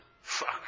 Fuck